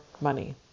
money